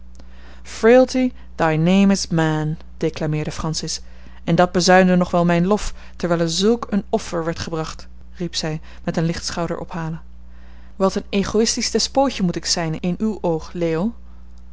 frailty thy name is man declameerde francis en dat bazuinde nog wel mijn lof terwijl er zulk een offer werd gebracht riep zij met een licht schouderophalen wat een egoïstisch despootje moet ik zijn in uw oog leo